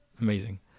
amazing